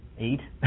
Eight